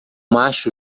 macho